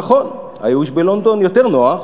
נכון, הייאוש בלונדון יותר נוח,